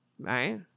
right